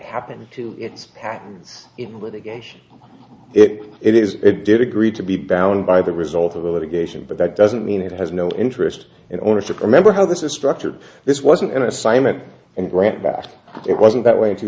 happen to its patents with a gauge it is it did agree to be bound by the result of the litigation but that doesn't mean it has no interest in ownership remember how this is structured this wasn't an assignment and grant that it wasn't that way in two